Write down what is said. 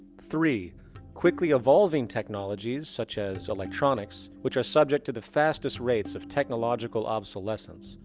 three quickly evolving technologies, such as electronics, which are subject to the fastest rates of technological obsolescence,